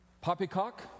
Poppycock